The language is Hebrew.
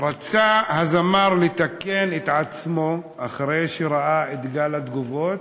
רצה הזמר לתקן את עצמו אחרי שראה את גל התגובות,